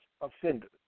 offenders